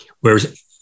whereas